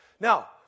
Now